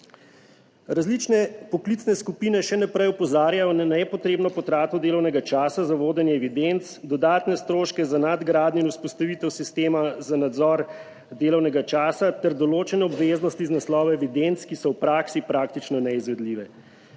Različne poklicne skupine še naprej opozarjajo na nepotrebno potrato delovnega časa za vodenje evidenc, dodatne stroške za nadgradnjo in vzpostavitev sistema za nadzor delovnega časa ter določene obveznosti iz naslova evidenc, ki so v praksi praktično neizvedljive.